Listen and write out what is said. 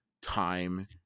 time